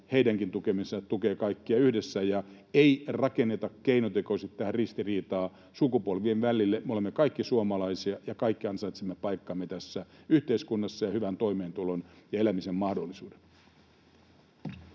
heidänkin tukemisensa tukee kaikkia yhdessä. Ei rakenneta keinotekoisesti tähän ristiriitaa sukupolvien välille. Me olemme kaikki suomalaisia ja kaikki ansaitsemme paikkamme tässä yhteiskunnassa ja hyvän toimeentulon ja elämisen mahdollisuudet.